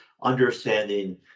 understanding